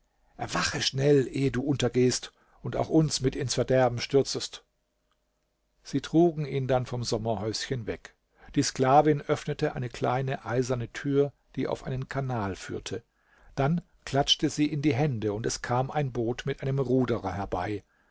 erwache schnell ehe du untergehst und auch uns mit ins verderben stürzest sie trugen ihn dann vom sommerhäuschen weg die sklavin öffnete eine kleine eiserne tür die auf einen kanal führte dann klatschte sie in die hände und es kam ein boot mit einem ruderer herbei